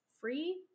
free